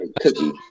cookie